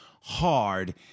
hard